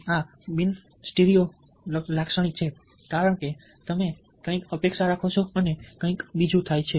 આ બિન સ્ટીરીયો લાક્ષણિક છે કારણ કે તમે કંઈક અપેક્ષા રાખો છો અને કંઈક બીજું થાય છે